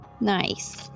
Nice